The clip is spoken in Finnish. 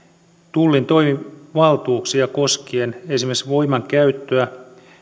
tullin toimivaltuuksia koskien esimerkiksi voimankäyttöä